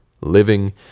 living